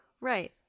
right